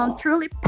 truly